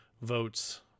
votes